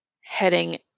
Heading